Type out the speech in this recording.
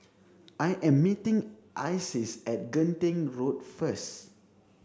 I am meeting Isis at Genting Road first